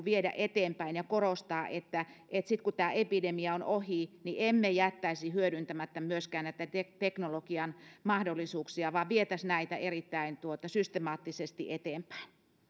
viedä eteenpäin ja korostaa että että sitten kun tämä epidemia on ohi emme jättäisi hyödyntämättä myöskään näitä teknologian mahdollisuuksia vaan vietäisiin näitä erittäin systemaattisesti eteenpäin